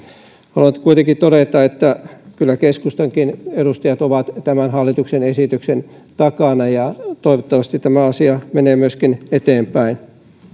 nyt kuitenkin todeta että kyllä keskustankin edustajat ovat tämän hallituksen esityksen takana ja toivottavasti tämä asia menee myöskin eteenpäin